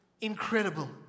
Incredible